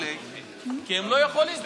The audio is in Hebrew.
כי הם לא יכולים,